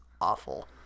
awful